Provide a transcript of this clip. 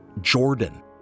Jordan